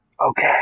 Okay